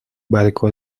barco